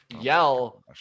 yell